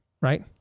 right